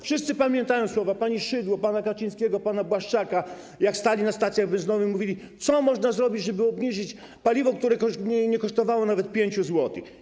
Wszyscy pamiętają słowa pani Szydło, pana Kaczyńskiego, pana Błaszczaka, gdy stali na stacjach benzynowych i mówili, co można zrobić, żeby obniżyć cenę paliwa, które nie kosztowało nawet 5 zł.